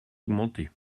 augmenter